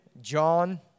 John